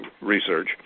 research